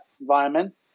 environment